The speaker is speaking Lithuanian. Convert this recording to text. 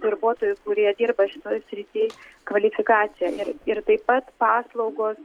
darbuotojų kurie dirba šitoj srity kvalifikaciją ir ir taip pat paslaugos